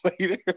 later